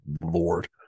lord